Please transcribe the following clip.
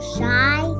shy